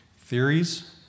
Theories